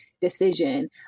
decision